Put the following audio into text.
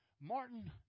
Martin